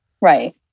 Right